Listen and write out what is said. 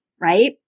Right